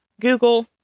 Google